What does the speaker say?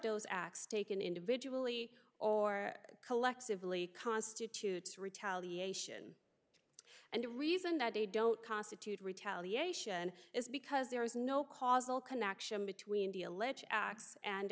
those acts taken individually or collectively constitutes retaliation and the reason that they don't constitute retaliation is because there is no causal connection between the alleged acts and